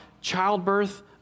childbirth